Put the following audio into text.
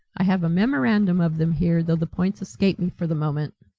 i have a memorandum of them here, though the points escape me for the moment.